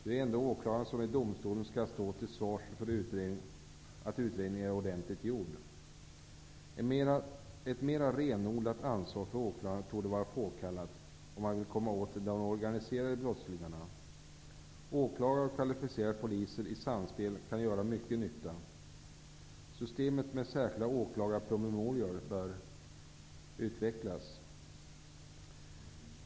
Det är ju ändå åklagaren som i domstolen skall stå till svars för att utredningen är ordentligt gjord. Ett mera renodlat ansvar för åklagarna torde vara påkallat om man vill komma åt de organiserade brottslingarna. Åklagare och kvalificerade poliser i samspel kan göra mycket nytta. Systemet med särskilda åklagarpromemorior bör utvecklas.